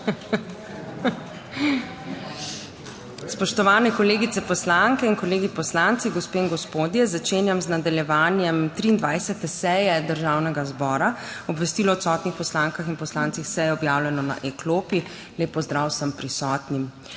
Spoštovani kolegice poslanke in kolegi poslanci, gospe in gospodje! Začenjam z nadaljevanjem 23. seje Državnega zbora. Obvestilo o odsotnih poslankah in poslancih s seje je objavljeno na e-klopi. Lep pozdrav vsem prisotnim!